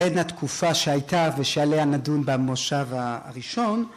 ‫בין התקופה שהייתה ושעליה נדון ‫במושב הראשון.